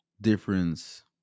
difference